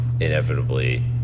inevitably